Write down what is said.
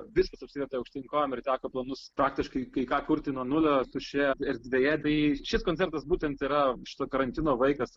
viskas apsivertė aukštyn kojom ir teko planus praktiškai kai ką kurti nuo nulio tuščioje erdvėje bei šis koncertas būtent yra šito karantino vaikas